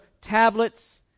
tablets